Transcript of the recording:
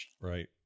Right